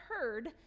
heard